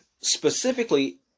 Specifically